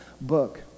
book